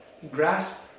Grasp